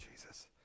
Jesus